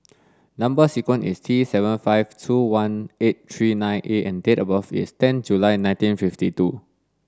number sequence is T seven five two one eight three nine A and date of birth is ten July nineteen fifty two